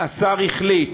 השר החליט